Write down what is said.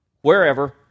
wherever